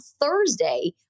Thursday